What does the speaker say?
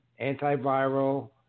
antiviral